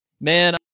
man